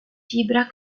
fibra